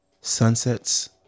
Sunset's